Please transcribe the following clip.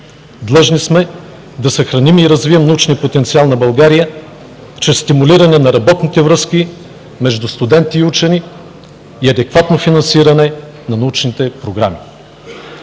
Длъжни сме да съхраним и развием научния потенциал на България чрез стимулиране на работните връзки между студенти и учени и адекватно финансиране на научните програми.